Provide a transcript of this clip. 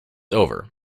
over